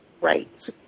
Right